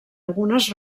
algunes